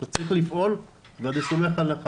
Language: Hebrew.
רק צריך לפעול ואני סומך עליך,